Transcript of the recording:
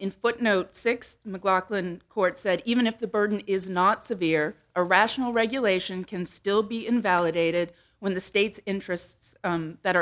in footnote six mclaughlin court said even if the burden is not severe a rational regulation can still be invalidated when the state's interests that